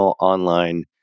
online